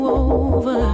over